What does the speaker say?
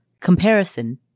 comparison